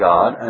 God